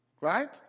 right